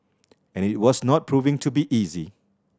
and it was not proving to be easy